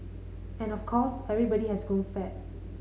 and of course everybody has grown fat